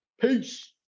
Peace